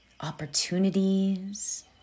opportunities